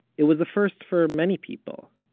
it was a first for many people.